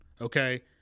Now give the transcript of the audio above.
Okay